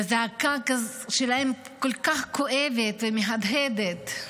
והזעקה שלהם כל כך כואבת ומהדהדת,